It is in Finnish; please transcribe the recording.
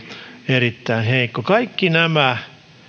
erittäin heikko kaikki nämä